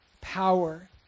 Power